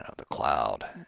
ah the cloud,